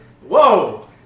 Whoa